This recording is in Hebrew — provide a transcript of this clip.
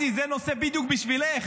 אתי, זה נושא בדיוק בשבילך.